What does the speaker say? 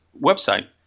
website